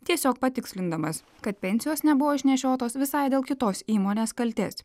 tiesiog patikslindamas kad pensijos nebuvo išnešiotos visai dėl kitos įmonės kaltės